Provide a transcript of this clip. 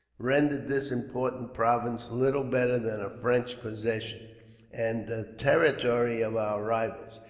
rendered this important province little better than a french possession and the territory of our rivals,